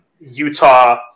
Utah